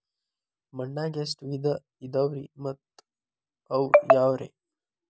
ಮಣ್ಣಾಗ ಎಷ್ಟ ವಿಧ ಇದಾವ್ರಿ ಮತ್ತ ಅವು ಯಾವ್ರೇ?